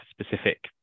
specific